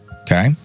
okay